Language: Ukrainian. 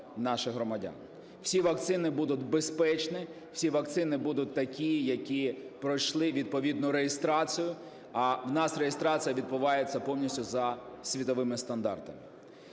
Всі вакцини будуть безпечні, всі вакцини будуть такі, які пройшли відповідну реєстрацію, а у нас реєстрація відбувається повністю за світовими стандартами.